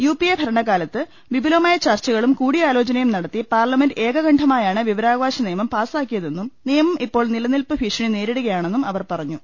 UPA ഭരണകാലത്ത് വിപുലമായ ചർച്ചകളും കൂടിയാലോ ചനയും നടത്തി പാർലമെന്റ് ഏകകണ്ഠമായ്യാണ് വിവരാവകാശ നിയമം പാസ്സാക്കിയതെന്നും നിയമും ഇപ്പോൾ നിലനിൽപ്പ് ഭീഷണി നേരിടുകയാണെന്നും അവർ പറഞ്ഞു